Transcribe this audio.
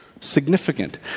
Significant